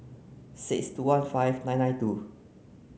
six two one five nine nine two